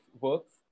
works